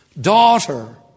Daughter